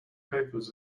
papers